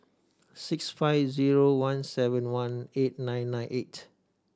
six five zero one seven one eight nine nine eight